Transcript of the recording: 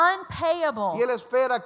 unpayable